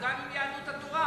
הוא גם עם יהדות התורה,